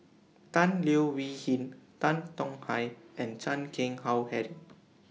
Tan Leo Wee Hin Tan Tong Hye and Chan Keng Howe Harry